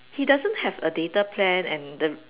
he doesn't have a data plan and the